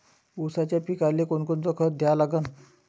ऊसाच्या पिकाले कोनकोनचं खत द्या लागन?